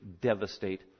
devastate